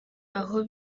aho